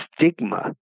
stigma